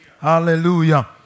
Hallelujah